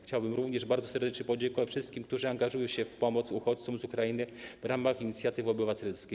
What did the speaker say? Chciałbym również bardzo serdecznie podziękować wszystkim, którzy angażują się w pomoc uchodźcom z Ukrainy w ramach inicjatyw obywatelskich.